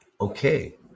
Okay